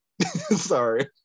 sorry